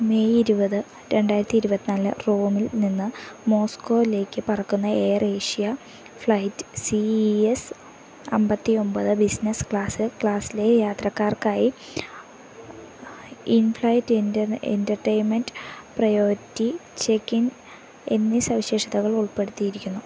May ഇരുപത് രണ്ടായിരത്തി ഇരുപത്തി നാലിന് റോമിൽ നിന്ന് മോസ്കോയിലേക്ക് പറക്കുന്ന AirAsia flight C E S അമ്പത്തി ഒമ്പത് ബിസിനസ്സ് ക്ലാസ്സ് ക്ലാസ്സിലെ യാത്രക്കാർക്കായി in flight entertainment priority check in എന്നീ സവിശേഷതകൾ ഉൾപ്പെടുത്തിയിരിക്കുന്നു